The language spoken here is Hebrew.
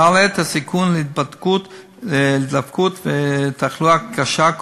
המעלים את הסיכון להידבקות ולתחלואה קשה,